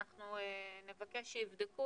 אנחנו נבקש שיבדקו,